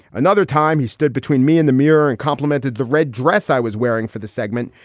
another time he stood between me in the mirror and complimented the red dress i was wearing for the segment.